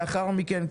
לאחר מכן,